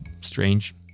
strange